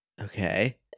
Okay